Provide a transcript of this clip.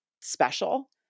special